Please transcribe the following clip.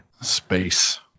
space